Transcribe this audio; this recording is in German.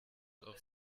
auch